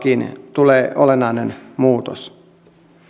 tulee olennainen muutos